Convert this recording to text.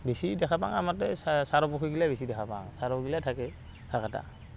বেছি দেখা পাওঁ আমাৰ তাতে চাৰ পক্ষীগিলাই বেছি দেখা পাওঁ চাৰগিলাই থাকে থাকাতা